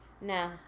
no